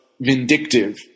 vindictive